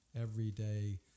everyday